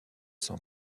sans